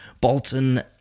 Bolton